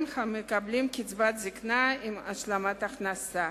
המקבלים קצבת זיקנה עם השלמת הכנסה.